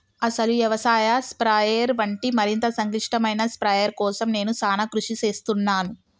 అసలు యవసాయ స్ప్రయెర్ వంటి మరింత సంక్లిష్టమైన స్ప్రయెర్ కోసం నేను సానా కృషి సేస్తున్నాను